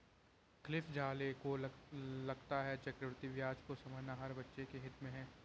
Cliff Zale को लगता है चक्रवृद्धि ब्याज को समझना हर बच्चे के हित में है